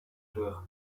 her